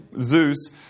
Zeus